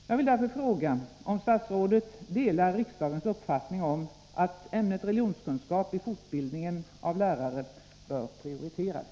Jag vill därför fråga om statsrådet delar riksdagens uppfattning om att ämnet religionskunskap i fortbildningen av lärare bör prioriteras.